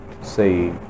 say